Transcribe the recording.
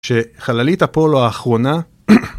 שחללית אפולו האחרונה